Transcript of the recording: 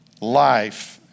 life